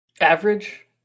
Average